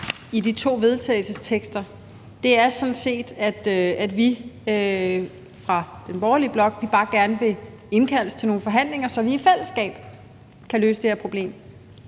i de to vedtagelsestekster, sådan set er, at vi i den borgerlige blok bare gerne vil indkaldes til nogle forhandlinger, så vi i fællesskab kan løse det her problem.